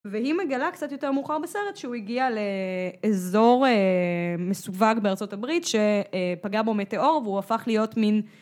והיא מגלה קצת יותר מאוחר בסרט שהוא הגיע לאזור מסווג בארה״ב שפגע בו מטאור והוא הפך להיות מין